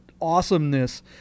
awesomeness